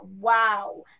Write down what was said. wow